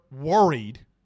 worried